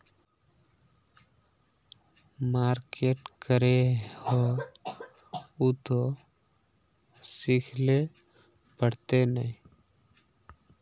Market करे है उ ते सिखले पड़ते नय?